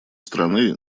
страны